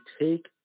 take